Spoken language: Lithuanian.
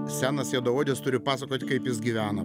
senos juodaodis turi pasakot kaip jis gyvena